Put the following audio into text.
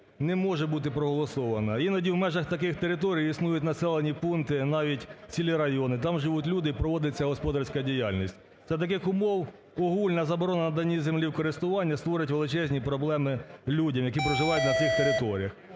не може бути проголосована. Іноді в межах таких територій існують населені пункти, навіть цілі райони, там живуть люди і проводиться господарська діяльність. За таких умов огульна заборона наданні землі в користування створить величезні проблеми людям, які проживають на цих територіях.